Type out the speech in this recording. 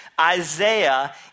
Isaiah